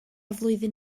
flwyddyn